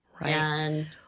Right